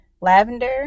lavender